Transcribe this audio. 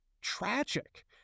tragic